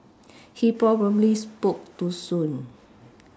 he probably spoke too soon